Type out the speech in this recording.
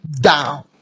down